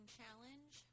challenge